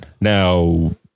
Now